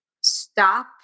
stop